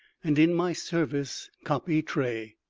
and in my service copy tray.